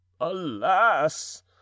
alas